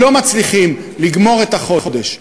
לא מצליחים לגמור את החודש.